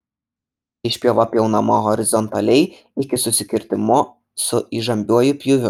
išpjova pjaunama horizontaliai iki susikirtimo su įžambiuoju pjūviu